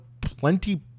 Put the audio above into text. plenty